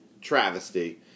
travesty